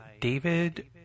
David